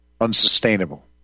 unsustainable